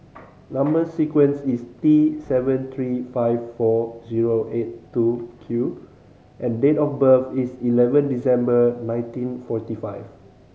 number sequence is T seven three five four zero eight two Q and date of birth is eleven December nineteen forty five